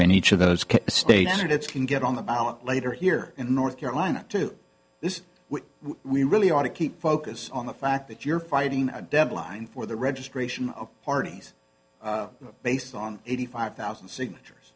in each of those states and it's can get on the ballot later here in the north carolina to this we really ought to keep focus on the fact that you're fighting a deadline for the registration parties based on eighty five thousand signatures